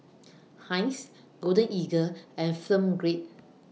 Heinz Golden Eagle and Film Grade